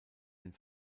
den